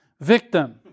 victim